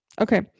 Okay